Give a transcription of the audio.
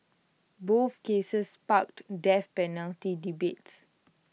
both cases sparked death penalty debates